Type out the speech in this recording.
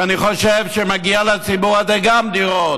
כי אני חושב שמגיע גם לציבור הזה דירות,